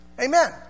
Amen